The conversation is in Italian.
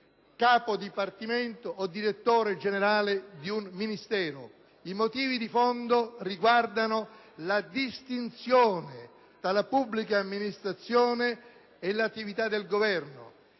capo dipartimento o direttore generale di un Ministero. I motivi di fondo riguardano la distinzione tra la pubblica amministrazione e l'attività del Governo.